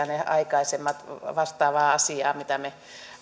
ne aikaisemmat vastaavaan asiaan mitä me